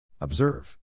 Observe